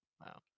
Wow